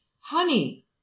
honey